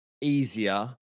easier